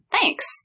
Thanks